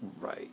right